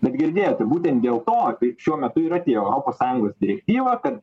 bet girdėjote būtent dėl to tai šiuo metu ir atėjo europos sąjungos direktyva kad